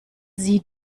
sie